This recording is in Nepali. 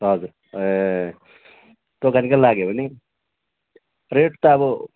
हजुर ए दोकानकै लागि हो नि रेट त अब